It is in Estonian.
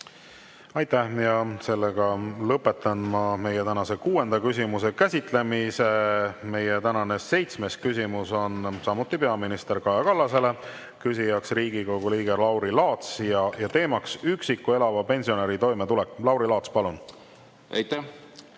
Aitäh! Lõpetan tänase kuuenda küsimuse käsitlemise. Tänane seitsmes küsimus on samuti peaminister Kaja Kallasele, küsija on Riigikogu liige Lauri Laats ja teema üksi elava pensionäri toimetulek. Lauri Laats, palun! Tänane